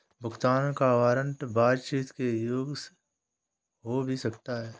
भुगतान का वारंट बातचीत के योग्य हो भी सकता है